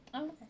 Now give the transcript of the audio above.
okay